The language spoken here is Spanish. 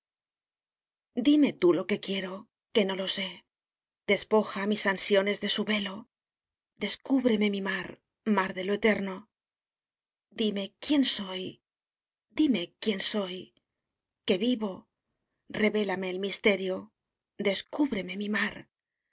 díme tú lo que quiero que no lo sé despoja á mis ansiones de su velo descúbreme mi mar mar de lo eterno dime quien soy dime quien soy que vivo revélame el misterio descúbreme mi mar